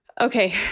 Okay